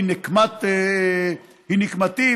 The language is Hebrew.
היא נקמתי,